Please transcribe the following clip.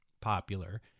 popular